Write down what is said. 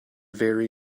very